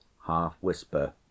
half-whisper